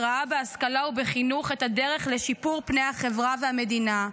וראה בהשכלה ובחינוך את הדרך לשיפור פני החברה והמדינה.